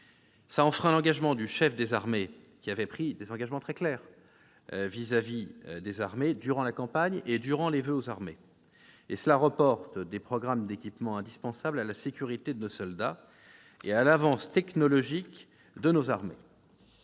également la parole du chef des armées, qui avait pris des engagements très clairs vis-à-vis des armées durant la campagne présidentielle et lors des voeux aux armées. Cela reporte des programmes d'équipements indispensables à la sécurité de nos soldats et à l'avance technologique de nos armées.